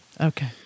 Okay